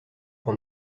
pour